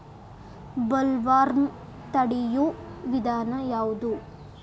Bollworm ತಡಿಯು ವಿಧಾನ ಯಾವ್ದು?